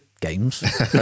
games